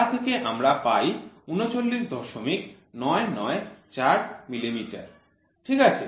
তা থেকে আমরা পাই ৩৯৯৯৪ মিলিমিটার ঠিক আছে